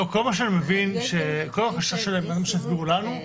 כל החששות שהסבירו לנו,